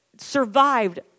survived